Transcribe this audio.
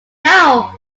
now